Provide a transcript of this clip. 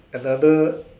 another